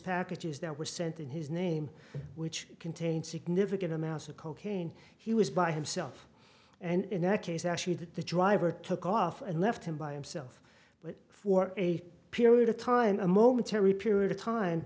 packages that were sent in his name which contained significant amounts of cocaine he was by himself and neck is actually that the driver took off and left him by himself but for a period of time a momentary period of time